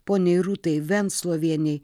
poniai rūtai venslovienei